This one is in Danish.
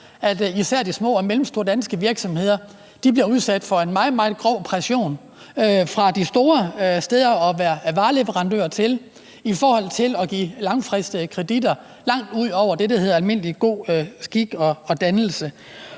at især de små og mellemstore danske virksomheder bliver udsat for en meget, meget grov pression fra de store virksomheder, de er vareleverandører til, i forhold til at give langfristede kreditter, langt ud over det, der hedder almindelig god skik og brug.